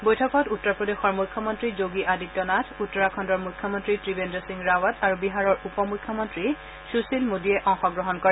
বৈঠকত উত্তৰ প্ৰদেশৰ মুখ্যমন্ত্ৰী যোগী আদিত্য নাথ উত্তৰাখণ্ডৰ মুখ্যমন্ত্ৰী ত্ৰিৱেন্দ্ৰ সিং ৰাৱাট আৰু বিহাৰৰ উপ মুখ্যমন্ত্ৰী সুশীল মোডীয়ে অংশগ্ৰহণ কৰে